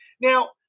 now